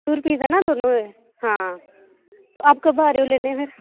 बीह् पेज़ ना ते ठीक ऐ आप कब आ रहे हो लेने